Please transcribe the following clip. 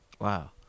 Wow